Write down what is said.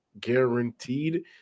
guaranteed